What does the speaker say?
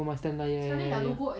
oh must standard ya ya ya